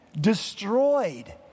destroyed